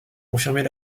confirmer